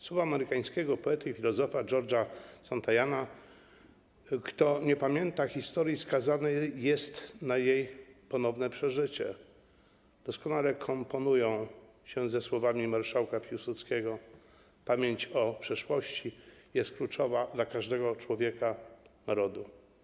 Słowa amerykańskiego poety i filozofa George’a Santayany: kto nie pamięta historii, skazany jest na jej ponowne przeżycie, doskonale komponują się ze słowami marszałka Piłsudskiego - pamięć o przeszłości jest kluczowa dla każdego człowieka, narodu.